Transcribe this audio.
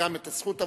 את הזכות,